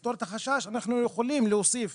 ולפתור את החשש, אנחנו יכולים להוסיף